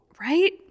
Right